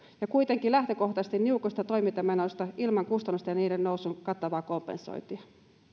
kuitenkin lähtökohtaisesti niukoista toimintamenoista ilman kustannusten ja niiden nousun kattavaa kompensointia